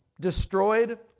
destroyed